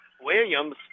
Williams